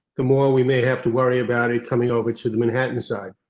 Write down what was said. the more we may have to worry about it coming over to the manhattan side.